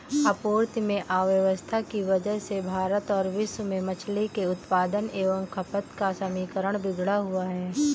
आपूर्ति में अव्यवस्था की वजह से भारत और विश्व में मछली के उत्पादन एवं खपत का समीकरण बिगड़ा हुआ है